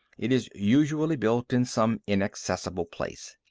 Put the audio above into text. it is usually built in some inaccessible place.